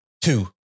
two